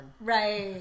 Right